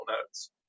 notes